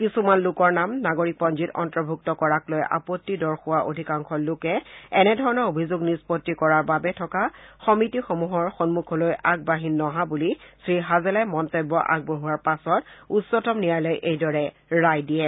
কিছুমান লোকৰ নাম নাগৰিকপঞ্জীত অন্তৰ্ভুক্ত কৰাক লৈ আপত্তি দৰ্শেৱা অধিকাংশ লোকে এনেধৰণৰ অভিযোগ নিষ্পত্তি কৰাৰ বাবে থকা সমিতিসমূহৰ সন্মখলৈ আগবাঢ়ি নহা বুলি শ্ৰী হাজেলাই মন্তব্য আগবঢ়োৱাৰ পাছত উচ্চতম ন্যায়ালয়ে এইদৰে ৰায় দিয়ে